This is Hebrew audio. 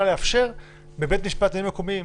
לאפשר בבית משפט לעניינים מקומיים,